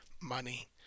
money